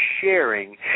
sharing